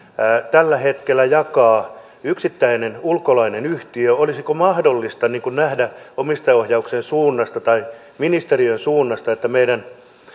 tällä hetkellä jakaa yksittäinen ulkolainen yhtiö olisiko mahdollista nähdä omistajaohjauksen suunnasta tai ministeriön suunnasta että meidän